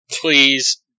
Please